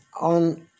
on